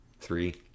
Three